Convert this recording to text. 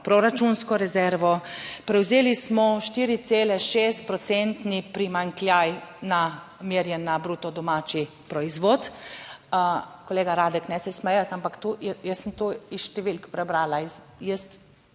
proračunsko rezervo, prevzeli smo 4,6 procentni primanjkljaj na, merjen na bruto domači proizvod. Kolega Radek, ne se smejati, ampak to, jaz sem to iz številk prebrala,